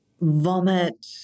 vomit